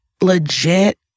legit